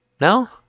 No